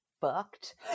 fucked